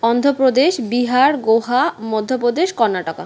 Andhra Pradesh Bihar Goa Madhya Pradesh Karnataka